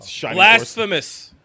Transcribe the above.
Blasphemous